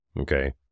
Okay